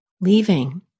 leaving